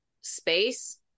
space